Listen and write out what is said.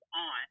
on